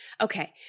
Okay